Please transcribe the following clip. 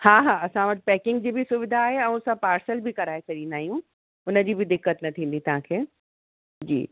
हा हा असां वटि पैकिंग जी बि सुविधा आहे ऐं असां पार्सल बि कराए छॾींदा आहियूं हुनजी बि दिक़त न थींदी तव्हांखे जी